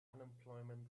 unemployment